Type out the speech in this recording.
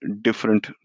different